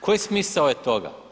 Koji smisao je toga?